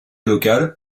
locales